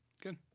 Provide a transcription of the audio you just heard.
Good